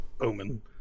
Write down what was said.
omen